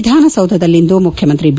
ವಿಧಾನಸೌಧದಲ್ಲಿಂದು ಮುಖ್ಯಮಂತ್ರಿ ಬಿ